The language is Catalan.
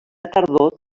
tardor